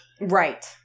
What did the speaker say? Right